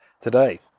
today